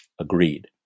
agreed